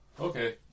Okay